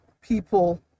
people